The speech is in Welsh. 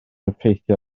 effeithio